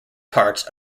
parts